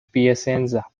piacenza